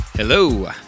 Hello